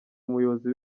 umuyobozi